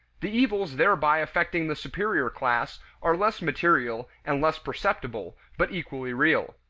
the evils thereby affecting the superior class are less material and less perceptible, but equally real.